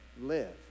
live